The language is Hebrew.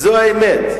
זאת האמת.